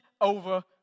over